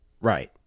Right